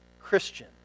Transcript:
Christian